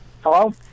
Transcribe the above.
Hello